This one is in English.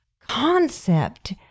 concept